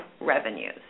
revenues